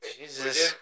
Jesus